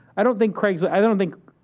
i don't think craigslist. i don't think.